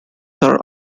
are